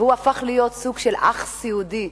והוא הפך להיות סוג של "אח סיעודי",